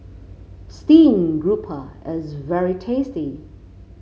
stream grouper is very tasty